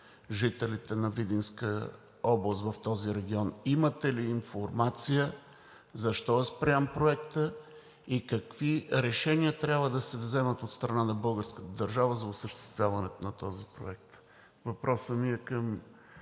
жителите на Видинска област – в този регион. Имате ли информация защо е спрян проектът и какви решения трябва да се вземат от страна на българската държава за осъществяването на този проект? Въпросът ми е към